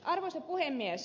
arvoisa puhemies